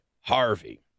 Harvey